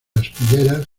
aspilleras